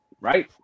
Right